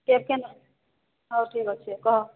କେତେ ନେବ ହେଉ ଠିକ ଅଛେ କହ